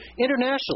internationally